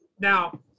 Now